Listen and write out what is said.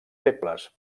febles